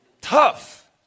tough